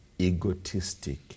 egotistic